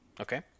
Okay